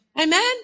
amen